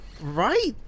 Right